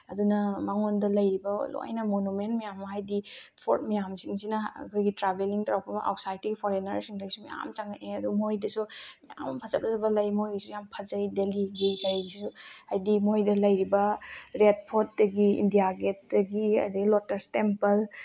ꯑꯗꯨꯅ ꯃꯉꯣꯟꯗ ꯂꯩꯔꯤꯕ ꯂꯣꯏꯅ ꯃꯨꯅꯨꯃꯦꯟ ꯃꯌꯥꯝ ꯑꯃ ꯍꯥꯏꯗꯤ ꯐꯣꯔꯠ ꯃꯌꯥꯝꯁꯤꯡꯁꯤꯅ ꯑꯩꯈꯣꯏꯒꯤ ꯇ꯭ꯔꯥꯕꯦꯂꯤꯡ ꯇꯧꯔꯛꯄ ꯑꯥꯎꯁꯥꯏꯠꯇꯒꯤ ꯐꯣꯔꯦꯟꯅꯔꯁꯤꯡꯗꯩꯁꯨ ꯃꯌꯥꯝ ꯆꯪꯉꯛꯑꯦ ꯑꯗꯨ ꯃꯣꯏꯗꯁꯨ ꯌꯥꯝ ꯐꯖ ꯐꯖꯕ ꯂꯩ ꯃꯣꯏꯒꯤꯁꯨ ꯌꯥꯝ ꯐꯖꯩ ꯗꯦꯜꯂꯤꯒꯤ ꯀꯩꯁꯨ ꯍꯥꯏꯗꯤ ꯃꯣꯏꯗ ꯂꯩꯔꯤꯕ ꯔꯦꯗ ꯐꯣꯔꯠꯇꯒꯤ ꯏꯟꯗꯤꯌꯥ ꯒꯦꯠꯇꯒꯤ ꯑꯗꯒꯤ ꯂꯣꯇꯁ ꯇꯦꯝꯄꯜ